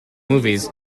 movies